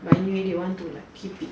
but anyway they want to keep it